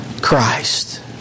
Christ